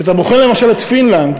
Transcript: כשאתה בוחר למשל את פינלנד,